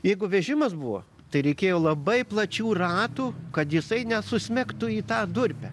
jeigu vežimas buvo tai reikėjo labai plačių ratų kad jisai nesusmegtų į tą durpę